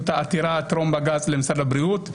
את העתירה טרום בג"ץ למשרד הבריאות.